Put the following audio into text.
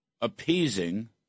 appeasing